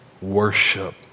worship